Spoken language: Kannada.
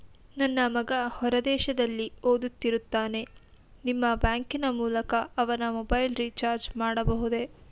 ನನ್ನ ಮಗ ಹೊರ ದೇಶದಲ್ಲಿ ಓದುತ್ತಿರುತ್ತಾನೆ ನಿಮ್ಮ ಬ್ಯಾಂಕಿನ ಮೂಲಕ ಅವನ ಮೊಬೈಲ್ ರಿಚಾರ್ಜ್ ಮಾಡಬಹುದೇ?